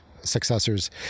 Successors